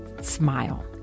smile